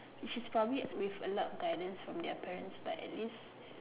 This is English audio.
she studied with a lot of guidance from their parents but at least